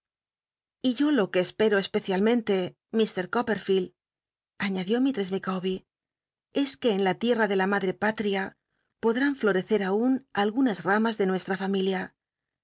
y yo lo que espero especialment e ilr copperfield aiiadió misttess micawbet es que en la licrta de la madre paltia podr ín florecer aun algunas ramas de nuestra familia